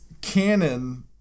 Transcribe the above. canon